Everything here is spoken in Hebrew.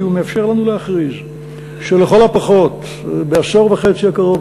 כי הוא מאפשר לנו להכריז שלכל הפחות בעשור וחצי הקרוב,